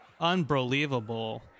Unbelievable